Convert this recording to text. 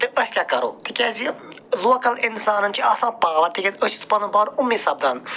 تہٕ أسۍ کیٛاہ کَرو تِکیٛازِ لوکل اِنسانن چھِ آسان پاوَر تہِ ییٚلہِ أسۍ پنُن پان اُمی سپدان